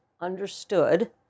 understood